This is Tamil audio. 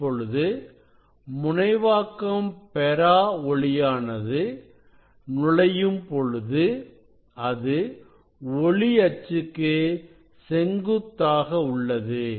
இப்பொழுது முனைவாக்கம் பெறாத ஒளியானது நுழையும் பொழுது அது ஒளி அச்சுக்கு செங்குத்தாக உள்ளது